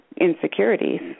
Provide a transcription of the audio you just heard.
insecurities